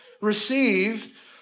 receive